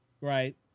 Right